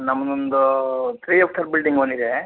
ನಮ್ಮದೊಂದು ತ್ರೀ ಆಫ್ಟ್ರ್ ಬಿಲ್ಡಿಂಗ್ ಒಂದು ಇದೆ